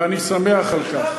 ואני שמח על כך.